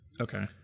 Okay